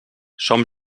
som